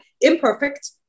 imperfect